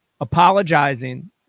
apologizing